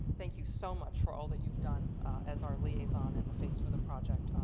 thank you so much for all that you've done as our liaison and the face for the project,